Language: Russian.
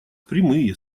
прямые